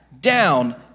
down